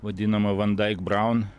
vadinama vandaik braun